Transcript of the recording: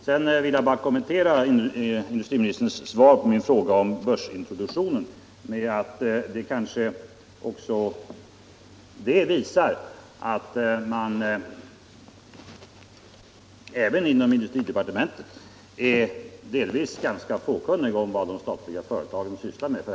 Sedan vill jag bara kommentera industriministerns svar på min fråga om börsintroduktionen med att det tycks vara så, att man även inom industridepartementet är delvis ganska fåkunnig om vad de statliga företagen sysslar med.